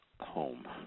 home